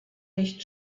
nicht